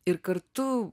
ir kartu